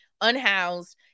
unhoused